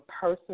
person